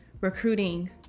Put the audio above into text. recruiting